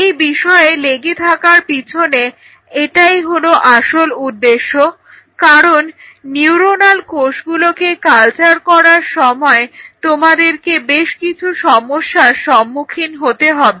এই বিষয়ে লেগে থাকার পিছনে এটাই হলো আসল উদ্দেশ্য কারণ নিউরণাল কোষগুলোকে কালচার করার সময় তোমাদেরকে বেশ কিছু সমস্যার সম্মুখীন হতে হবে